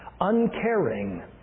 uncaring